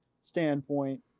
standpoint